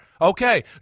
Okay